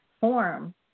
form